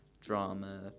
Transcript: drama